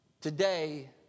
today